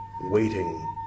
waiting